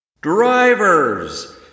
Drivers